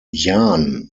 jahn